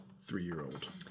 three-year-old